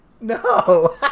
No